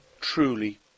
truly